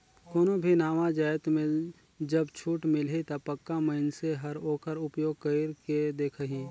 कोनो भी नावा जाएत में जब छूट मिलही ता पक्का मइनसे हर ओकर उपयोग कइर के देखही